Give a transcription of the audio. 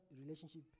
relationship